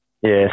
Yes